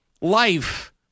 life